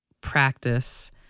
practice